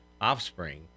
offspring